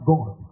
God